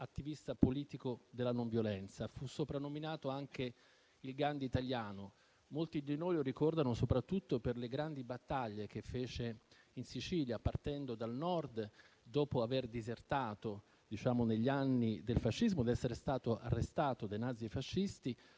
attivista politico della non violenza. Fu soprannominato anche il Gandhi italiano. Molti di noi lo ricordano soprattutto per le grandi battaglie che fece in Sicilia: partendo dal Nord, dopo aver disertato negli anni del fascismo ed essere stato arrestato dai nazifascisti,